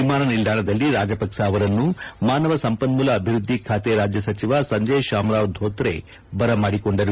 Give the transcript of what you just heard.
ವಿಮಾನ ನಿಲ್ದಾಣದಲ್ಲಿ ರಾಜಪಕ್ಷ ಅವರನ್ನು ಮಾನವ ಸಂಪನ್ಮೂಲ ಅಭಿವೃದ್ಧಿ ಖಾತೆ ರಾಜ್ಯ ಸಚಿವ ಸಂಜಯ್ ಶಾಮರಾವ್ ಧೋತ್ರೆ ಬರಮಾಡಿಕೊಂಡರು